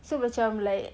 so macam like